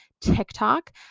TikTok